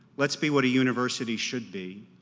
let's be what a university should be,